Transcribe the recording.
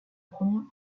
première